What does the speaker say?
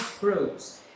grows